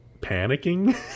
panicking